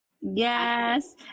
Yes